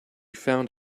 found